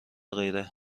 غیره